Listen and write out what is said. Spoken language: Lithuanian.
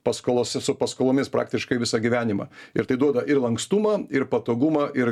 paskolose su paskolomis praktiškai visą gyvenimą ir tai duoda ir lankstumą ir patogumą ir